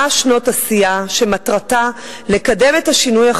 100 שנות עשייה שמטרתה לקדם את השוויון